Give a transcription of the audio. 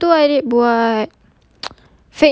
a'ah tapi time tu adik buat